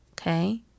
okay